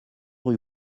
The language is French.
rue